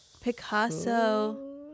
Picasso